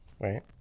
Right